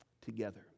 together